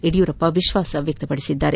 ಯಡಿಯೂರಪ್ಪ ವಿಶ್ವಾಸ ವ್ಯಕ್ತಪಡಿಸಿದ್ದಾರೆ